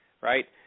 Right